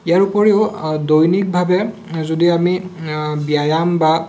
ইয়াৰ উপৰিও দৈনিকভাৱে যদি আমি ব্যায়াম বা